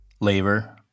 labor